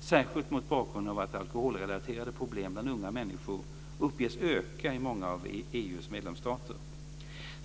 särskilt mot bakgrund av att alkoholrelaterade problem bland unga människor uppges öka i många av EU:s medlemsstater.